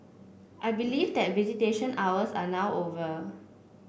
I believe that visitation hours are not over